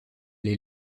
les